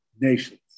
nations